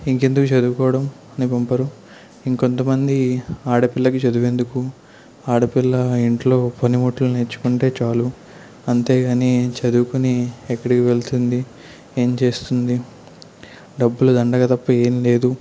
ఇంకెందుకు చదువుకోవడం అని పంపరు ఇంకొంతమంది ఆడపిల్లకు చదువెందుకు ఆడపిల్ల ఇంట్లో పనిముట్లు నేర్చుకుంటే చాలు అంతేకాని చదువుకొని ఎక్కడికి వెళ్తుంది ఏం చేస్తుంది డబ్బులు దండగ తప్ప ఏం లేదు